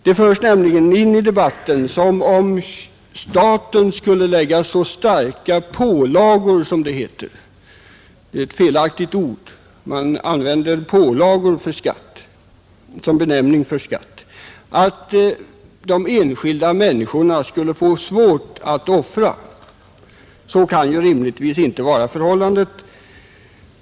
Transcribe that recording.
Det har nämligen i debatten antytts att staten skulle lägga så starka ”pålagor” på oss — ett felaktigt ord för skatt — att de enskilda människorna skulle få svårt att offra. Så kan rimligtvis inte vara förhållandet.